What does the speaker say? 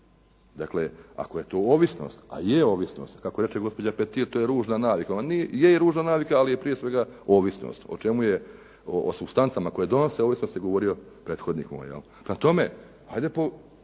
Dakle ako je to ovisnost, a je ovisnost, kako reče gospođa Petir to je ružna navika, je ružna navika, ali je prije svega ovisnost o čemu je o supstancama koje donose ovisnosti govorio prethodnik moj. Prema tome, hajde one